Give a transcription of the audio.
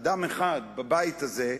בבית הזה,